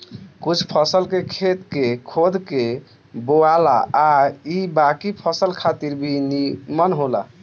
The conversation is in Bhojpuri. कुछ फसल के खेत के खोद के बोआला आ इ बाकी फसल खातिर भी निमन होला